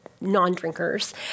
non-drinkers